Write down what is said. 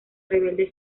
rebelde